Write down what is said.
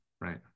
Right